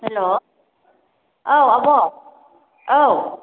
हेल' औ आब' औ